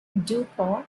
dupont